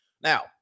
Now